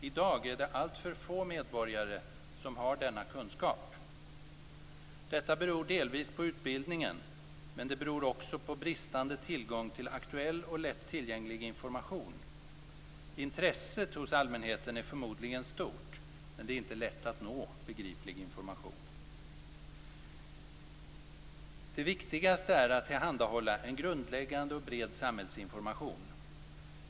I dag är det alltför få medborgare som har denna kunskap. Detta beror delvis på utbildningen, men det beror också på bristande tillgång till aktuell och lätt tillgänglig information. Intresset hos allmänheten är förmodligen stort, men det är inte lätt att nå begriplig information. Det viktigaste är att tillhandahålla en grundläggande och bred samhällsinformation.